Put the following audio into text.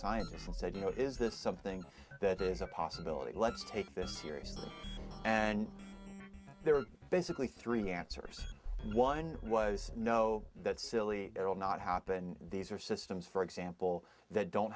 scientists and said you know is this something that is a possibility let's take this seriously and there are basically three answers one was no that's silly it will not happen these are systems for example that don't